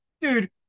dude